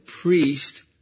priest